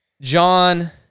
John